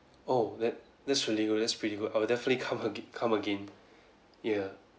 oh that that's really good that's pretty good I will definitely come again come again ya